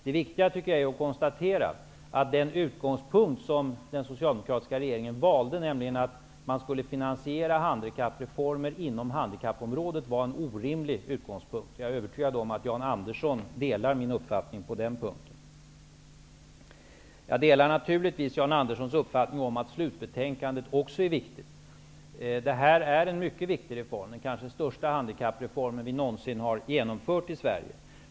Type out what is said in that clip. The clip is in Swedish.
Det viktiga som man kan konstatera är att den utgångspunkt som den socialdemokratiska regeringen valde, nämligen att man skulle finansiera handikappreformer inom handikappområdet, var orimlig. Jag är övertygad om att Jan Andersson delar min uppfattning på den punkten. Jag delar naturligtvis Jan Anderssons uppfattning om att slutbetänkandet också är viktigt. Denna reform är mycket viktig. Det är kanske den största handikappreform som någonsin genomförts i Sverige.